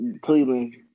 Cleveland –